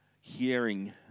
hearing